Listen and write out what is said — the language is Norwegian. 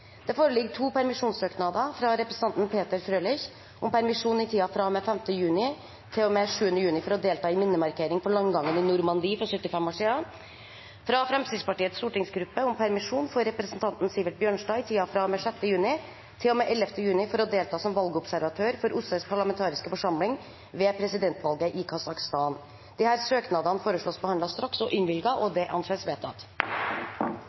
Det foreligger to permisjonssøknader: fra representanten Peter Frølich om permisjon i tiden fra og med 5. juni til og med 7. juni for å delta i minnemarkering for landgangen i Normandie for 75 år siden fra Fremskrittspartiets stortingsgruppe om permisjon for representanten Sivert Bjørnstad i tiden fra og med 6. juni til og med 11. juni for å delta som valgobservatør for OSSEs parlamentariske forsamling ved presidentvalget i Kazakhstan Etter forslag fra presidenten ble enstemmig besluttet: Søknadene behandles straks og